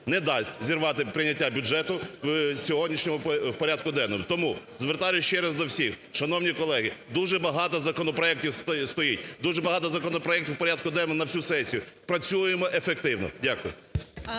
не дасть зірвати прийняття бюджету в сьогоднішньому порядку денному. Тому звертаюсь ще раз до всіх, шановні колеги. Дуже багато законопроектів стоїть, дуже багато законопроектів у порядку денному на цю сесію, працюємо ефективно. Дякую.